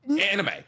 anime